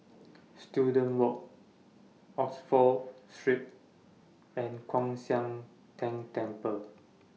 Student Walk Oxford Street and Kwan Siang Tng Temple